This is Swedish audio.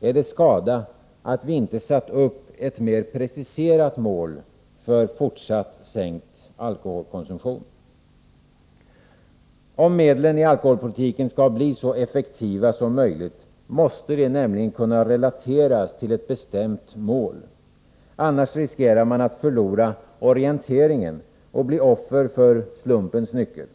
är det skada att vi inte har satt upp ett mer preciserat mål för en fortsatt sänkt alkoholkonsumtion. Om medlen i alkoholpolitiken skall bli så effektiva som möjligt måste de kunna relateras till ett bestämt mål. Annars riskerar man att förlora orienteringen och bli offer för slumpens nycker.